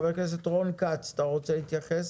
חבר הכנסת רון כץ, אתה רוצה להתייחס?